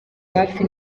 hafi